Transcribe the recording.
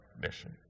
mission